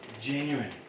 genuine